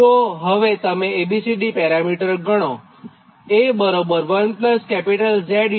તો હવે તમે A B C D parameter ગણો